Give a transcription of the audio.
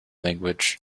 language